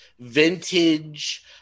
vintage